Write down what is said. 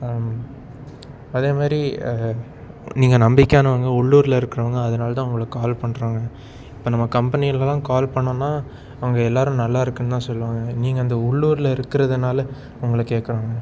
அதேமாதிரி நீங்கள் நம்பிக்கையானவங்க உள்ளூரில் இருக்கிறவங்க அதனாலதான் உங்களுக்கு கால் பண்ணுறோங்க இப்போ நம்ம கம்பெனியிலலாம் கால் பண்ணோம்னா அவங்க எல்லோரும் நல்லா இருக்குன்னுதான் சொல்வாங்க நீங்கள் அந்த உள்ளூரில் இருக்கிறதுனால உங்களை கேக்கிறோங்க